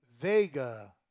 Vega